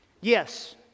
Yes